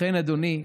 לכן, אדוני,